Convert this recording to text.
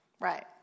Right